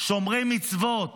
שומרי מצוות